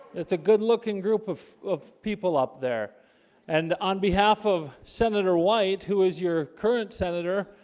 it's a good-looking group of of people up there and on behalf of senator. white who is your current senator?